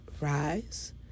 rise